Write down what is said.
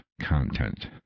content